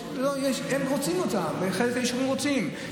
הם רוצים אותם, חלק מהיישובים רוצים.